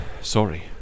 Sorry